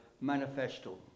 manifesto